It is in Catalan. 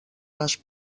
les